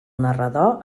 narrador